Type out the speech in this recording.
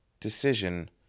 decision